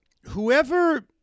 whoever